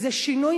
זה שינוי,